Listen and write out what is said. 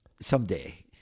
Someday